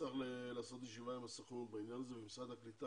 נצטרך לעשות ישיבה עם הסוכנות בעניין הזה ומשרד הקליטה,